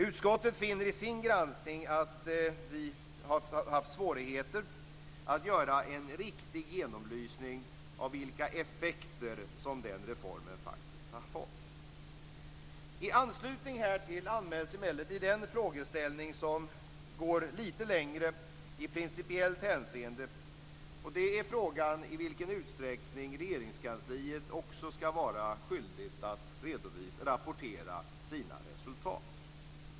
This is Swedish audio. Utskottet finner i sin granskning att vi har haft svårigheter att göra en riktig genomlysning av vilka effekter som reformen faktiskt har fått. I anslutning härtill anmäls emellertid en frågeställning som går lite längre i principiellt hänseende. Det är frågan i vilken utsträckning Regeringskansliet också ska vara skyldigt att rapportera sina resultat.